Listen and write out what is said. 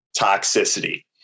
toxicity